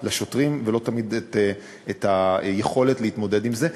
ולא תמיד את היכולת להתמודד עם זה.